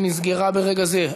שנסגרה ברגע זה.